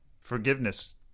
Forgiveness